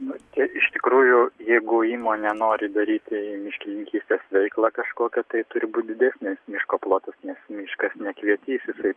nu čia iš tikrųjų jeigu įmonė nori daryti miškininkystės veiklą kažkokią tai turi būt didesnis miško plotas nes miškas ne kvietys jisai